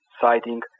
sighting